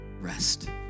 rest